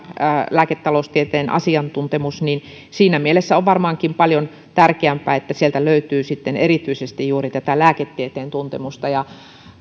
lääketaloustieteen asiantuntemus niin siinä mielessä on varmaankin paljon tärkeämpää että sieltä löytyy sitten erityisesti juuri tätä lääketieteen tuntemusta